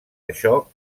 això